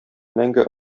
мәңге